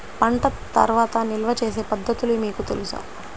పంట తర్వాత నిల్వ చేసే పద్ధతులు మీకు తెలుసా?